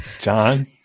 John